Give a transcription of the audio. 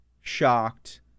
shocked